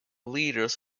leaders